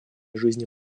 жизни